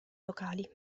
locali